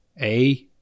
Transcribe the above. A-